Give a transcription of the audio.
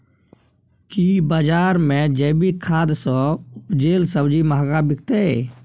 की बजार मे जैविक खाद सॅ उपजेल सब्जी महंगा बिकतै?